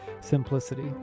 Simplicity